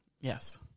Yes